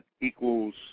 equals